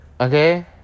Okay